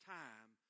time